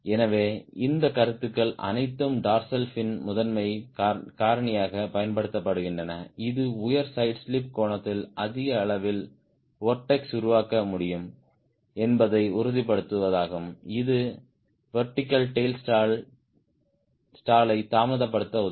எனவே இந்த கருத்துக்கள் அனைத்தும் டார்சல் ஃபின் முதன்மைக் காரணியாகப் பயன்படுத்தப்படுகின்றன இது உயர் சைடு ஸ்லிப் கோணத்தில் அதிக அளவில் வொர்ட்ஸ் உருவாக்க முடியும் என்பதை உறுதிப்படுத்துவதாகும் இது வெர்டிகல் டேய்ல் ஸ்டாலை தாமதப்படுத்த உதவும்